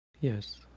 Yes